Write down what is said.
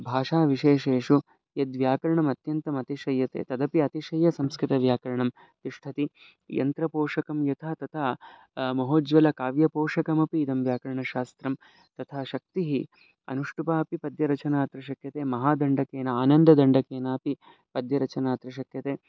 भाषाविशेषेषु यद् व्याकरणम् अत्यन्तं अतिशयते तदपि अतिशयं संस्कृतव्याकरणं तिष्ठति यन्त्रपोषकं यथा तथा महोज्वलकाव्यपोषकमपि इदं व्याकरणशास्त्रं तथा शक्तिः अनुष्टुप् अपि पद्यरचनात् शक्यते महादण्डकेन आनन्ददण्डकेनापि पद्यरचना अत्र शक्यते